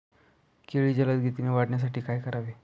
केळी जलदगतीने वाढण्यासाठी काय करावे?